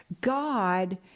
God